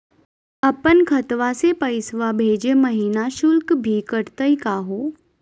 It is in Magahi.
अपन खतवा से पैसवा भेजै महिना शुल्क भी कटतही का हो?